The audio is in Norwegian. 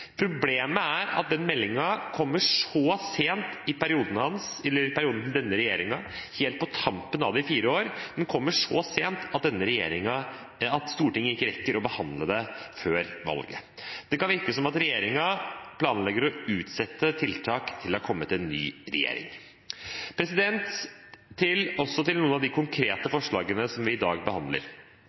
Problemet er at den meldingen kommer så sent i perioden til denne regjeringen – helt på tampen av de fire årene – at Stortinget ikke rekker å behandle det før valget. Det kan virke som at regjeringen planlegger å utsette tiltak til det har kommet en ny regjering. Så til noen av de konkrete forslagene som vi i dag behandler.